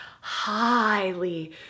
highly